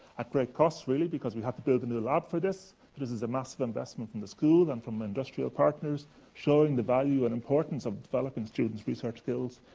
at great cost, really, because we had to build a new lab for this. this is a massive investment in the school and from industrial partners showing the value and importance of developing students' research skills.